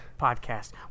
podcast